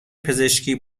پزشکی